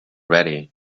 ready